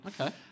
Okay